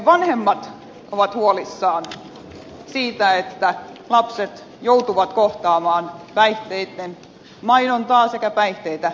vanhemmat ovat huolissaan siitä että lapset joutuvat kohtaamaan päihteitten mainontaa sekä päihteitä liian varhain